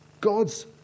God's